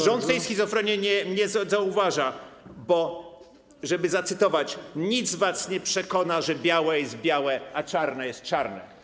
Rząd tej schizofrenii nie zauważa, bo żeby zacytować: Nic was nie przekona, że białe jest białe, a czarne jest czarne.